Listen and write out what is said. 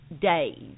days